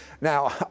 Now